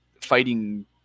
fighting